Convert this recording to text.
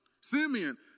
Simeon